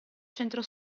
centro